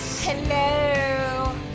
Hello